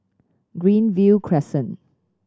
Greenview Crescent